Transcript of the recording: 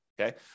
okay